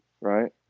right